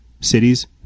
cities